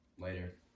Later